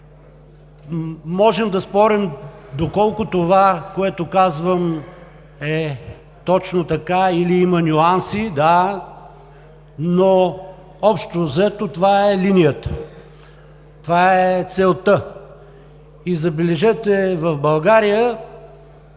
Можем да спорим доколко това, което казвам, е точно така или има нюанси, но общо взето това е линията, това е целта и, забележете, в България